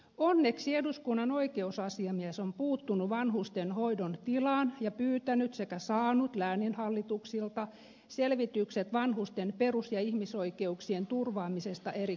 onneksi eduskunnan oikeusasiamies on puuttunut vanhusten hoidon tilaan ja pyytänyt sekä saanut lääninhallituksilta selvitykset vanhusten perus ja ihmisoikeuksien turvaamisesta eri kunnissa